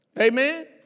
Amen